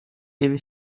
ewig